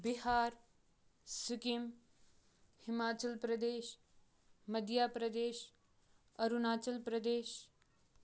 Bihar Sikkim Himachal Pradesh Madhya Pradesh Arunachal Pradesh